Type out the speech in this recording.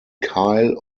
kyle